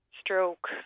stroke